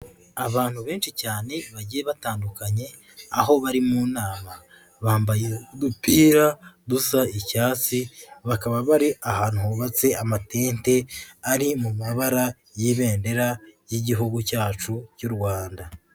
Abantu benshi cyane bagiye batandukanye aho bari mu nama, bambaye udupira dusa icya hafi bakaba bari ahantu hubatse amatente ari mu mabara y'ibendera ry'igihugu cyacu y'u Rwanda.